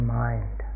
mind